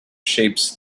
shapes